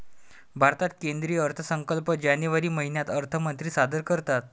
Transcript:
भारतात केंद्रीय अर्थसंकल्प जानेवारी महिन्यात अर्थमंत्री सादर करतात